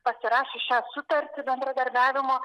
pasirašius šią sutartį bendradarbiavimo